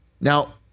Now